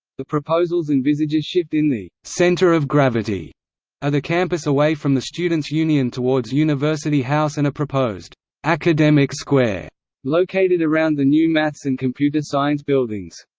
the proposals envisage a shift in the centre of gravity of the campus away from the students' union towards university house and a proposed academic square located around the new maths and computer science buildings.